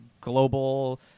global